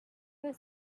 your